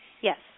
Yes